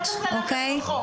לא צריך ללכת רחוק.